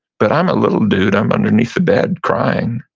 but i'm a little dude i'm underneath the bed crying.